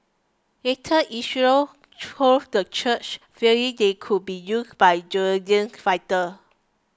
later Israel closed the church fearing they would be used by Jordanian fighter